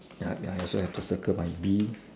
ya I I also have to circle my bee